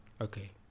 okay